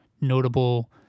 notable